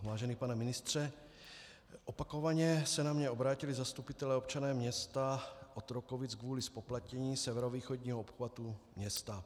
Vážený pane ministře, opakovaně se na mě obrátili zastupitelé a občané města Otrokovic kvůli zpoplatnění severovýchodního obchvatu města.